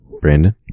Brandon